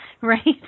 Right